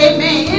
Amen